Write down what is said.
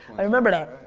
i remember that.